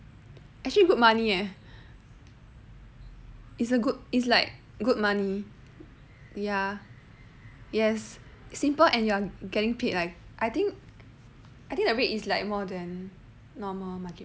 actually good money eh it's a good it's like good money yes simple and you're getting paid well I think I think the rate is like more than normal market rate